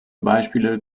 beispiele